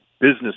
business